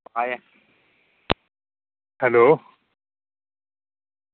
hello